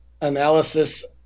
analysis